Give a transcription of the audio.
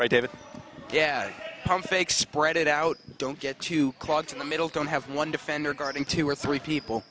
david yeah i'm fake spread it out don't get too caught in the middle don't have one defender guarding two or three people